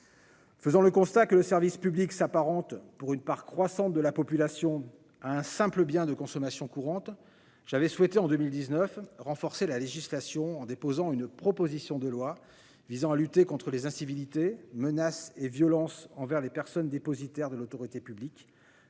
Faisons le constat que le service public s'apparente, pour une part croissante de la population à un simple biens de consommation courante, j'avais souhaité en 2019, renforcer la législation en déposant une proposition de loi visant à lutter contre les incivilités menaces et violences envers les personnes dépositaires de l'autorité publique